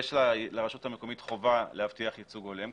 יש לרשות המקומית להבטיח ייצוג הולם כזה.